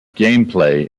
gameplay